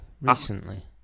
recently